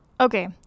Okay